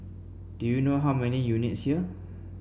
do you know how many units here